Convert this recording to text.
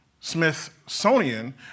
Smithsonian